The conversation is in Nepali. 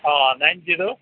अँ नाइन जिरो